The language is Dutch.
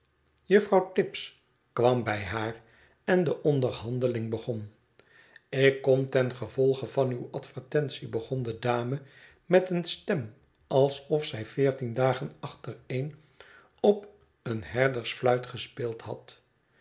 juffrouw tibbs kwam bij haar en de onderhandeling begon ik kom ten gevolge van uw advertentie begon de dame met een stem alsof zij veertien dagen achtereen op een herdersfluit gespee id had